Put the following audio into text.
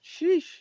Sheesh